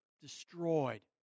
destroyed